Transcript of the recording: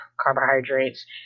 carbohydrates